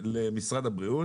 למשרד הבריאות.